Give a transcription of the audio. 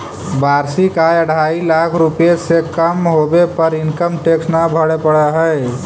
वार्षिक आय अढ़ाई लाख रुपए से कम होवे पर इनकम टैक्स न भरे पड़ऽ हई